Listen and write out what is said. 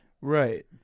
Right